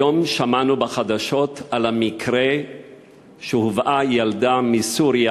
היום שמענו בחדשות על הילדה הפצועה שהובאה מסוריה,